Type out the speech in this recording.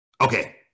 okay